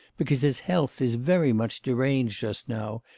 because his health is very much deranged just now,